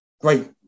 great